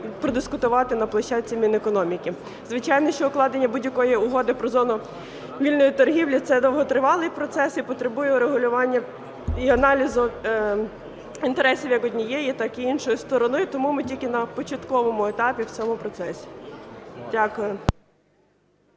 продискутувати на площадці Мінекономіки. Звичайно, що укладення будь-якої угоди про зону вільної торгівлі – це довготривалий процес і потребує регулювання і аналізу інтересів як однієї, так і іншої сторони. Тому ми тільки на початковому етапі в цьому процесі. Дякую.